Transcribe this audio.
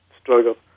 struggle